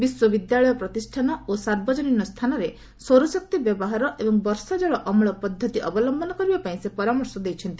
ବିଶ୍ୱବିଦ୍ୟାଳୟ ପ୍ରତିଷାନ ଓ ସାର୍ବଜନିନ ସ୍ଥାନରେ ସୌରଶକ୍ତି ବ୍ୟବହାର ଏବଂ ବର୍ଷା ଜଳ ଅମଳ ପଦ୍ଧତି ଅବଲ୍ୟନ କରିବା ପାଇଁ ସେ ପରାମର୍ଶ ଦେଇଛନ୍ତି